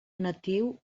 natiu